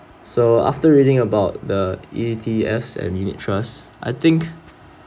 so after reading about the E_T_S and unit trust I think